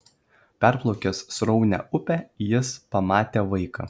perplaukęs sraunią upę jis pamatė vaiką